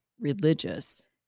religious